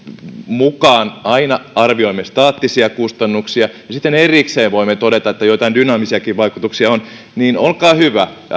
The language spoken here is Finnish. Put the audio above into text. mukaan aina arvioimme staattisia kustannuksia ja sitten erikseen voimme todeta että joitain dynaamisiakin vaikutuksia on niin olkaa hyvä ja